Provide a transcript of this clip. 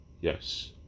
Yes